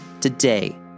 today